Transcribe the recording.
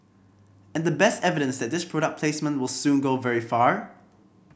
and the best evidence that this product placement will soon go very far